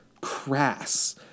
crass